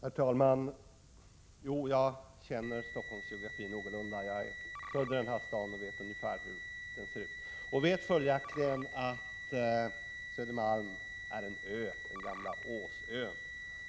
Herr talman! Jo, jag känner Stockholms geografi någorlunda. Jag är född i den här staden och vet ungefär hur den ser ut. Jag vet följaktligen att Södermalm är en ö, den gamla Åsön.